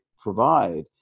provide